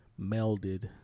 melded